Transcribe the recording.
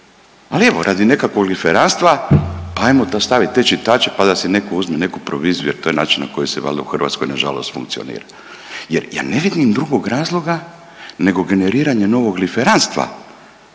ali evo radi nekakvog liferanstva pa hajmo stavit te čitače, pa da si netko uzme neku proviziju, jer to je način na koji se valjda u Hrvatskoj na žalost funkcionira. Jer ja ne vidim drugog razloga nego generiranja novog liferanstva,